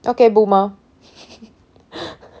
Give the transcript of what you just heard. okay boomer